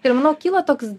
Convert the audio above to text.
ir manau kyla toks